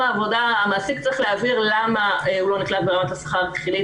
המעסיק צריך להבהיר למה הוא לא נקלט ברמת השכר התחילית.